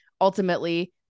ultimately